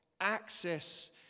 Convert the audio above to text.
access